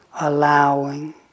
allowing